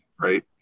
right